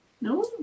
No